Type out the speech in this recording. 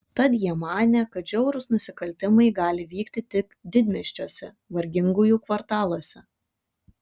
tad jie manė kad žiaurūs nusikaltimai gali vykti tik didmiesčiuose vargingųjų kvartaluose